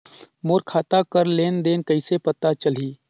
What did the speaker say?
मोर खाता कर लेन देन कइसे पता चलही?